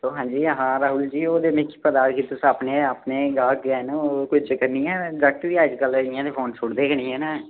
हांजी हां राहुल जी ओह् ते मिगी पता कि तुस अपने अपने गाह्क गै न ओह् कोई चक्कर निं ऐ जागत बी अजकल इ'यां न फोन छोड़दे गै निं हैन